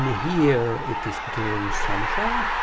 in here it is doing something.